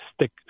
stick